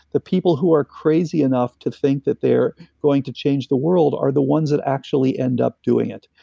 the people who are crazy enough to think that they're going to change the world are the ones that actually end up doing it.